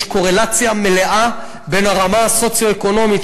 יש קורלציה מלאה בין הרמה הסוציו-אקונומית